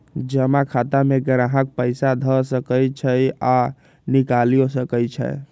जमा खता में गाहक पइसा ध सकइ छइ आऽ निकालियो सकइ छै